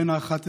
בן 11,